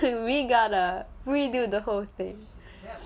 we gotta redo the whole thing